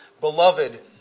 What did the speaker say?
Beloved